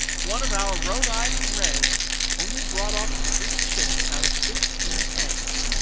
one of our rhode island reds only brought off three chicks out of fifteen eggs.